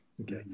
okay